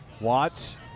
Watts